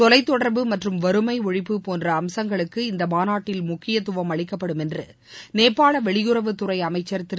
தொலைத்தொடர்பு மற்றும் வறுமை ஒழிப்பு போன்ற அம்சங்களுக்கு இந்த மாநாட்டில் முக்கியத்துவம் அளிக்கப்படும் என்று நேபாள வெளியுறவுத்துறை அமைச்சர் திரு